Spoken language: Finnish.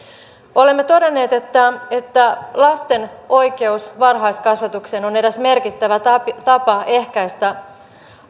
olemme todenneet että että lasten oikeus varhaiskasvatukseen on eräs merkittävä tapa tapa ehkäistä